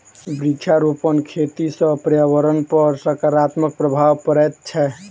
वृक्षारोपण खेती सॅ पर्यावरणपर सकारात्मक प्रभाव पड़ैत छै